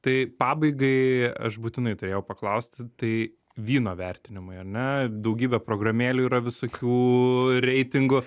tai pabaigai aš būtinai turėjau paklausti tai vyno vertinimai ar ne daugybė programėlių yra visokių reitingų